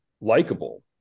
likable